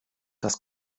das